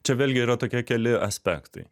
čia vėlgi yra tokie keli aspektai